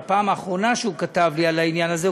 בפעם האחרונה שהוא כתב לי על העניין הזה,